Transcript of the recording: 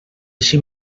així